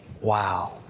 wow